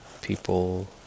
people